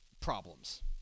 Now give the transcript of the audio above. problems